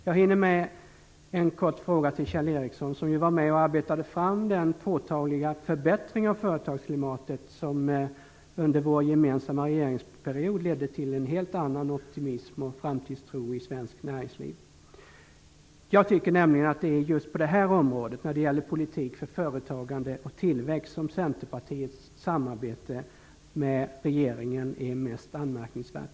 Jag hinner med en kort fråga till Kjell Ericsson, som var med och arbetade fram den påtagliga förbättring av företagsklimatet som under vår gemensamma regeringsperiod ledde till en annan optimism och framtidstro i svenskt näringsliv. Just på detta område, när det gäller politik för företagande och tillväxt, är Centerpartiets samarbete med regeringen mest anmärkningsvärd.